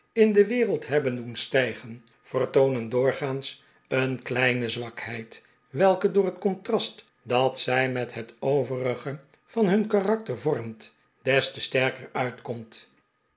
in de wereld hebben doen stijgen vertoonen doorgaans een kleine zwakheid welke door het contrast dat zij met het overige van hun karakter vormt des te sterker uitkomt